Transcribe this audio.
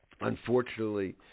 unfortunately